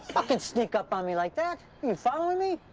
fuckin' sneak up on me like that. you followin' me?